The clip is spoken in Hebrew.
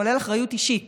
כולל אחריות אישית